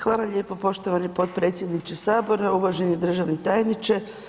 Hvala lijepo poštovani potpredsjedniče Sabora, uvaženi državni tajniče.